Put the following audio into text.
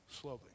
slowly